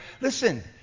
listen